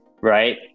right